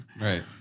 Right